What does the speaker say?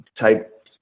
type